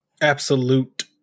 Absolute